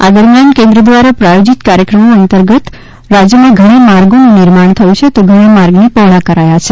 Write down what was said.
આ દરમિયાન કેન્દ્ર દ્વારા પ્રાયોજીત કાર્યક્રમો અતંર્ગત રાજ્યમાં ઘણા માર્ગોનુ નિર્માણ થયુ છે તો ઘણા માર્ગને પહોળ કરાયા છે